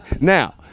Now